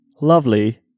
lovely